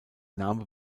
name